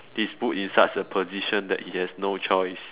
he is put in such a position that he has no choice